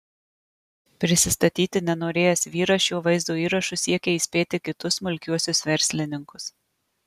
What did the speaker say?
prisistatyti nenorėjęs vyras šiuo vaizdo įrašu siekia įspėti kitus smulkiuosius verslininkus